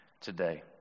today